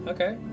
Okay